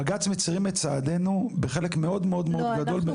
בג"ץ מצרים את צעדנו בחלק מאוד מאוד גדול.